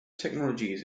technologies